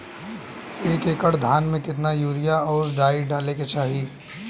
एक एकड़ धान में कितना यूरिया और डाई डाले के चाही?